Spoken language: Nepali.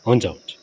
हुन्छ हुन्छ